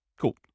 Cool